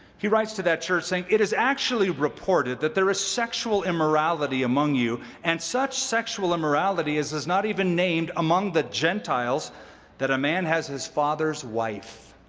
he writes to that church saying, it is actually reported that there is sexual immorality among you, and such sexual immorality as is not even named among the gentiles that a man has his father's wife!